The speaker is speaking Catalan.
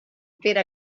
pere